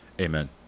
Amen